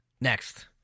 Next